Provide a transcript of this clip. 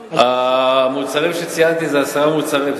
המוצרים שציינתי זה עשרה מוצרים,